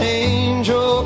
angel